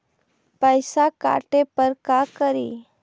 पैसा काटे पर का करि?